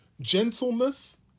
gentleness